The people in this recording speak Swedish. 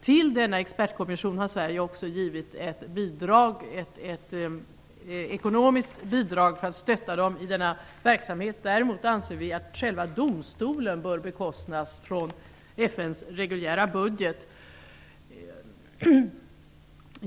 Till denna expertkommission har Sverige också givit ett ekonomiskt bidrag för att stötta verksamheten. Däremot anser vi att själva domstolen bör bekostas med medel ur FN:s reguljära budget.